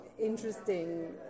interesting